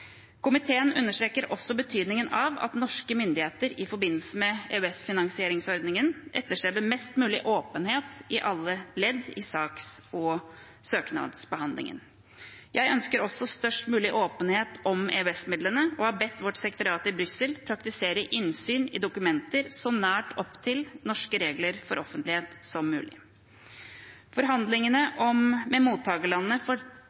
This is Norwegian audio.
Komiteen understreker også betydningen av at norske myndigheter i forbindelse med EØS-finansieringsordningen etterstreber mest mulig åpenhet i alle ledd i saks- og søknadsbehandlingen. Jeg ønsker også størst mulig åpenhet om EØS-midlene og har bedt vårt sekretariat i Brussel praktisere innsyn i dokumenter så nært opp til norske regler for offentlighet som mulig. Forhandlingene med mottakerlandene for